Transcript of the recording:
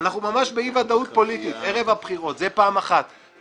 אנחנו ממש באי ודאות פוליטי ערב הבחירות ופעם שנייה,